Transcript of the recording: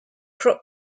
crux